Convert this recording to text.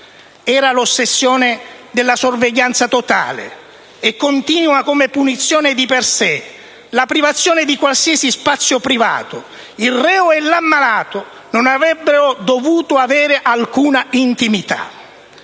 Era l'ossessione della sorveglianza totale e continua come punizione di per sé, la privazione di qualsiasi spazio privato: il reo e l'ammalato non avrebbero dovuto avere alcuna intimità.